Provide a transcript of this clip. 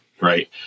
right